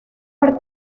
per